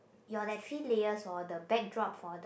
your that three layers hor the backdrop for the